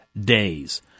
days